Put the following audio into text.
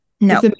no